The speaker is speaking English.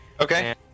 Okay